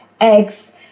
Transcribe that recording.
eggs